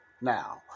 Now